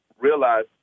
realize